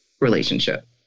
relationship